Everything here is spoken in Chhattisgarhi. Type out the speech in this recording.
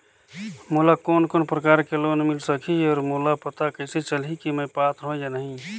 मोला कोन कोन प्रकार के लोन मिल सकही और मोला पता कइसे चलही की मैं पात्र हों या नहीं?